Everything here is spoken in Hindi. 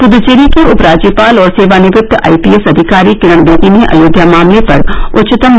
पुद्चेरी की उप राज्यपाल और सेवानिवृत्त आई पी एस अधिकारी किरण बेदी ने अयोध्या मामले पर उच्चतम है